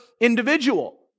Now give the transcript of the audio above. individual